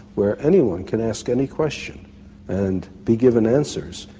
where anyone can ask any question and be given answers,